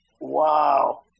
Wow